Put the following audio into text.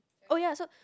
oh ya so